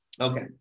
okay